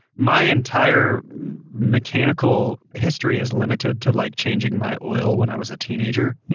my entire mechanical history is limited to like changing my oil when i was a teenager,